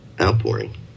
outpouring